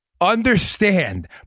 Understand